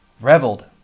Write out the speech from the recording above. reveled